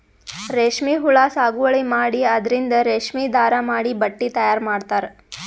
ರೇಶ್ಮಿ ಹುಳಾ ಸಾಗುವಳಿ ಮಾಡಿ ಅದರಿಂದ್ ರೇಶ್ಮಿ ದಾರಾ ಮಾಡಿ ಬಟ್ಟಿ ತಯಾರ್ ಮಾಡ್ತರ್